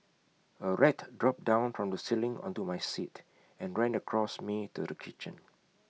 A rat dropped down from the ceiling onto my seat and ran across me to the kitchen